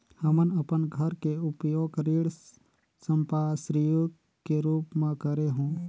हमन अपन घर के उपयोग ऋण संपार्श्विक के रूप म करे हों